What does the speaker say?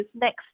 next